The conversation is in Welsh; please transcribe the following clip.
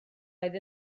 oedd